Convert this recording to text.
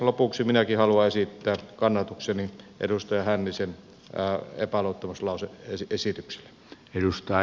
lopuksi minäkin haluan esittää kannatukseni edustaja hännisen epäluottamuslause esitykselle